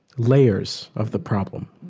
layers of the problem.